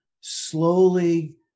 slowly